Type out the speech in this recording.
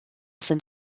sind